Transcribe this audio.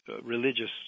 religious